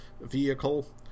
vehicle